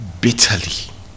bitterly